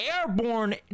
airborne